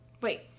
wait